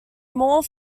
more